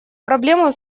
проблему